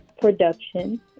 production